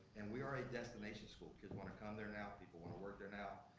and we are a destination school. kids wanna come there now, people wanna work there now,